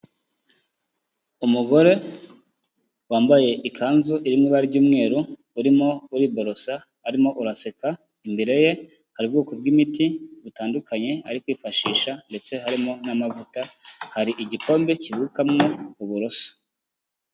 Umugore wambaye ikanzu iri mu ibara ry'umweru, urimo uriborosa arimo araseka, imbere ye hari ubwoko bw'imiti butandukanye ari kwifashisha ndetse harimo n'amavuta, hari igikombe kibikwamo uburoso.